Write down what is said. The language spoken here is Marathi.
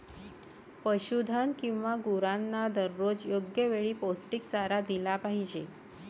पशुधन किंवा गुरांना दररोज योग्य वेळी पौष्टिक चारा दिला पाहिजे